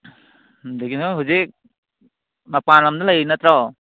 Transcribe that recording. ꯑꯗꯒꯤ ꯅꯣꯏ ꯍꯧꯖꯤꯛ ꯃꯄꯥꯜ ꯂꯝꯗ ꯂꯩꯔꯤ ꯅꯠꯇ꯭ꯔꯣ